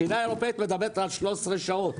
תקינה אירופאית מדברת על 13 שעות.